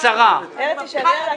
אני עושה את התפקיד שלי.